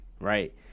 Right